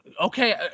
okay